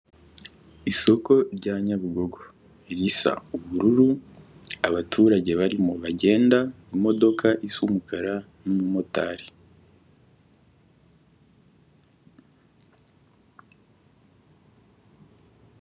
Isoko rya Nyabugogo risa ubururu, abaturage barimo bagenda, imodoka isa umukara n'umumotari.